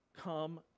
Come